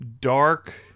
dark